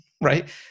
Right